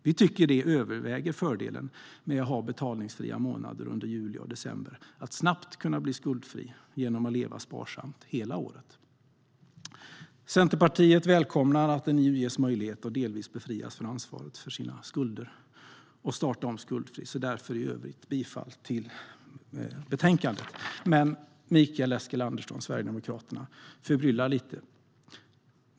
Vi tycker att fördelen med att ha betalningsfria månader under juli och december övervägs av att kunna bli skuldfri snabbt genom att leva sparsamt hela året. Centerpartiet välkomnar att fler nu ges möjlighet att delvis befrias från ansvaret för sina skulder och starta om skuldfria. Därför yrkar jag i övrigt bifall till förslaget i betänkandet. Men Mikael Eskilandersson, Sverigedemokraterna, förbryllar lite.